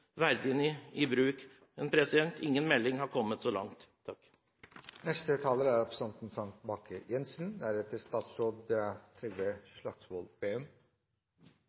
verdiene i bruk, men ingen melding har kommet så langt.